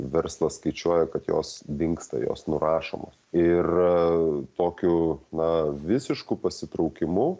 verslas skaičiuoja kad jos dingsta jos nurašomos ir tokiu na visišku pasitraukimu